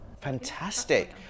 Fantastic